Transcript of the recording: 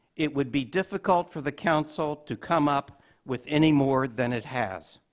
it would be difficult for the council to come up with any more than it has.